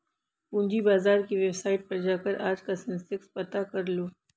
पूंजी बाजार की वेबसाईट पर जाकर आज का सेंसेक्स पता करलो